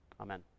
Amen